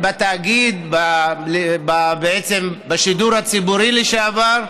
בתאגיד, ברשות השידור לשעבר.